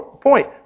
point